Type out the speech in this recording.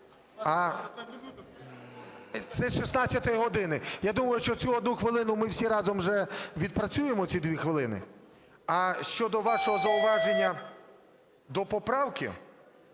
Це з 16 години. Я думаю, що цю одну хвилину ми всі разом вже відпрацюємо, ці 2 хвилини. А щодо вашого зауваження до поправки,